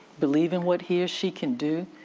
believe in what he or she can do.